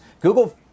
Google